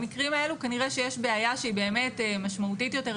במקרים האלו כנראה שיש בעיה שהיא משמעותית יותר,